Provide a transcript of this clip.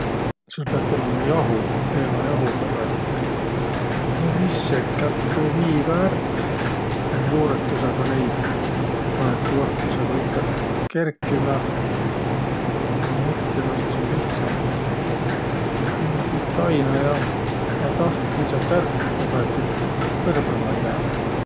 Sul piät olõma jah, leeväjahu kõrralik ja sis sekät tuu viiga ärq. Ku um juurõtusõga leib, panõt juurõtusõga üteh kerkümä, a ku mitte, no sis um lihtsämb. Ja tiit taina ja panõt ahjo, küdsät ärq, ja kaet, et kõrbõma ei lääq.